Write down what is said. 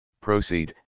proceed